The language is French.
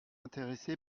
intéressé